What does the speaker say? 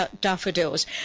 daffodils